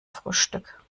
frühstück